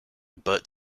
burt